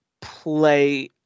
play